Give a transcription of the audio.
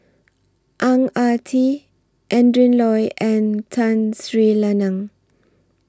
Ang Ah Tee Adrin Loi and Tun Sri Lanang